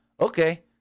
Okay